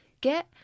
get